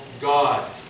God